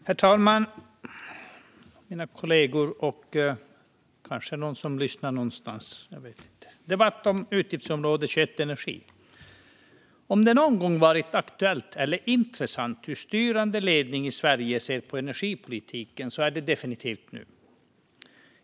Herr talman, kollegor och kanske någon som lyssnar någonstans! Om det någon gång har varit aktuellt eller intressant hur styrande ledning i Sverige ser på energipolitiken så är det definitivt nu.